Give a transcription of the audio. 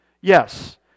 Yes